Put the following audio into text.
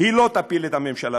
היא לא תפיל את הממשלה,